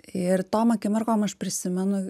ir tom akimirkom aš prisimenu